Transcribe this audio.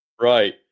Right